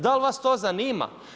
Da li vas to zanima?